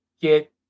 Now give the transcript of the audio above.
get